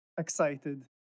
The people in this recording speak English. excited